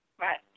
Right